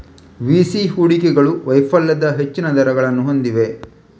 VC ಹೂಡಿಕೆಗಳು ವೈಫಲ್ಯದ ಹೆಚ್ಚಿನ ದರಗಳನ್ನು ಹೊಂದಿವೆ